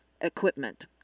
equipment